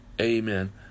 amen